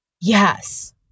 Yes